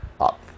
up